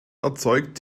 erzeugt